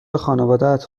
خانوادت